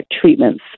treatments